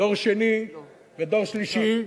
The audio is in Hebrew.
דור שני ודור שלישי,